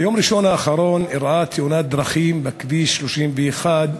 ביום ראשון האחרון אירעה תאונת דרכים בכביש 31,